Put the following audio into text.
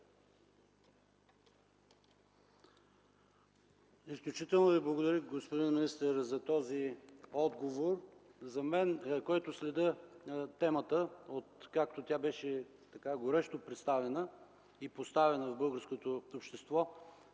Изключително Ви благодаря, господин министър, за този отговор. За мен, който следя темата откакто тя беше горещо представена и поставена пред българското общество,